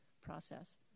process